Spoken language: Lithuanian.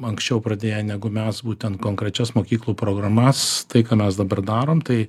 anksčiau pradėję negu mes būtent konkrečias mokyklų programas tai ką mes dabar darom tai